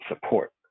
support